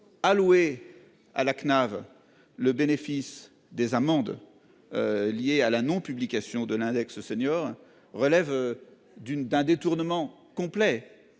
Alloué. À la CNAV, le bénéfice des amendes. Liées à la non-. Publication de l'index senior relève. D'une, d'un détournement complet